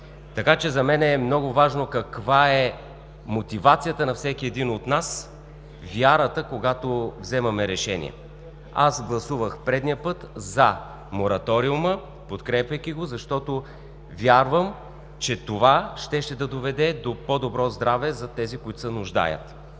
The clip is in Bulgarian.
Така че за мен е много важно каква е мотивацията на всеки един от нас, вярата, когато взимаме решение. Аз гласувах предния път за мораториума, подкрепяйки го, защото вярвам, че това щеше да доведе до по-добро здраве за тези, които се нуждаят.